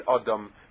Adam